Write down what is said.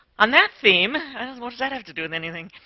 on that theme what does that have to do with anything?